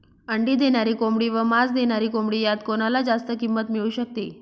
अंडी देणारी कोंबडी व मांस देणारी कोंबडी यात कोणाला जास्त किंमत मिळू शकते?